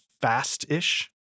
fast-ish